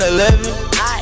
11